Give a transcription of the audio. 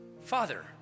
father